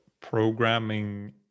programming